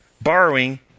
borrowing